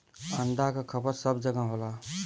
अंडा क खपत सब जगह होला